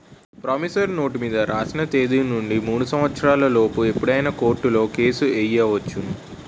promissory note మీద రాసిన తేదీ నుండి మూడు సంవత్సరాల లోపు ఎప్పుడైనా కోర్టులో కేసు ఎయ్యొచ్చును